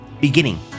Beginning